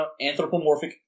anthropomorphic